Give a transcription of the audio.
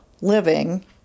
living